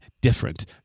different